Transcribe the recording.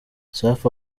safi